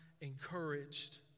encouraged